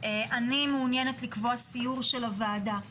אני מעוניינת לקבוע סיור של הוועדה לצפון,